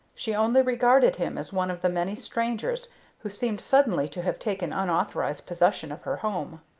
she only regarded him as one of the many strangers who seemed suddenly to have taken unauthorized possession of her home.